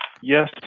Yes